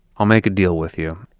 i'll make a deal with you.